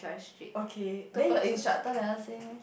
okay then your instructor never say meh